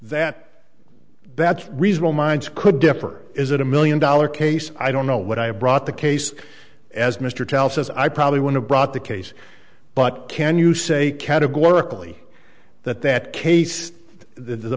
that that's reasonable minds could differ is it a million dollar case i don't know what i have brought the case as mr tells us i probably would have brought the case but can you say categorically that that case the